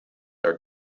are